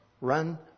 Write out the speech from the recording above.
run